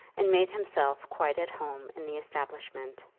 and made himself quite at home in the establishment.